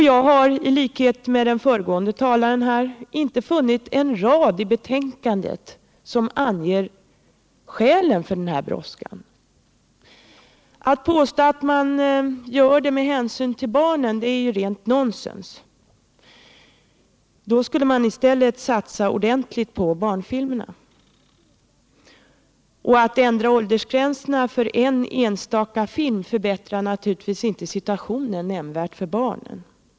Jag har, i likhet med föregående talare, inte funnit en rad i betänkandet som anger skälen till denna brådska. Att påstå att man gör det med hänsyn till barnen är rent nonsens — då skulle man i stället satsa ordentligt på barnfilmerna. Att ändra åldersgränserna för en enstaka film förbättrar naturligtvis inte nämnvärt situationen för barnen.